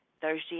Thursday